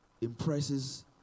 impresses